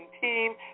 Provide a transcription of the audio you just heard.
team